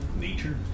nature